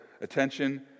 attention